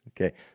Okay